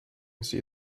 see